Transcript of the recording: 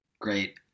Great